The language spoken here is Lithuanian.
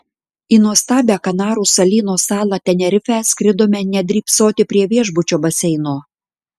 į nuostabią kanarų salyno salą tenerifę skridome ne drybsoti prie viešbučio baseino